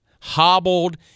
hobbled